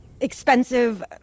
expensive